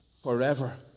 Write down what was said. forever